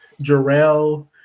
Jarrell